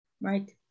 right